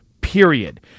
period